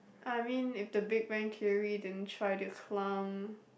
I mean if the Big Bang Theory didn't try to clown